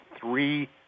three